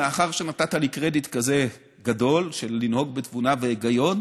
מאחר שנתת לי קרדיט כזה גדול של לנהוג בתבונה והיגיון,